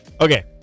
Okay